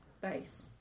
base